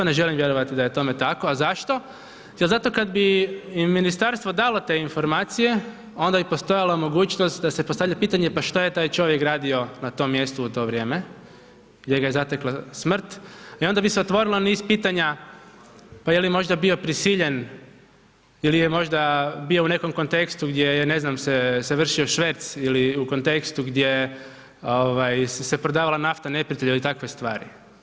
Ne želim vjerovati da je tome tako, a zašto, jer zato kad mi im ministarstvo dalo te informacije onda bi postojala mogućnost da se postavlja pitanje pa šta je taj čovjek radio na tom mjestu u to vrijeme, gdje ga je zatekla smrt i onda bi se otvorilo niz pitanja, pa je li možda bio prisiljen ili je možda bio u nekom kontekstu gdje je ne znam se vršio šverc ili u kontekstu gdje ovaj se prodavala nafta neprijatelju ili takve stvari.